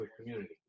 community